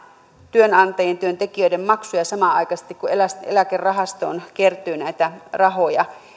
työnantajien ja työntekijöiden maksuja samanaikaisesti kun eläkerahastoon kertyy näitä rahoja